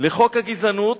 לחוק הגזענות,